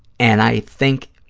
and i think,